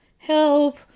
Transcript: Help